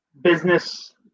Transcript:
business